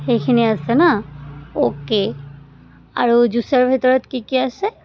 সেইখিনি আছে নহ্ অ'কে আৰু জুচৰ ভিতৰত কি কি আছে